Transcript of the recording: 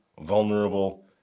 vulnerable